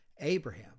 Abraham